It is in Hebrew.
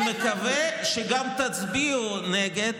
אני מקווה שגם תצביעו נגד,